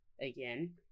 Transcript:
Again